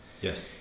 Yes